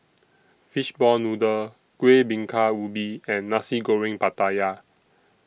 Fishball Noodle Kuih Bingka Ubi and Nasi Goreng Pattaya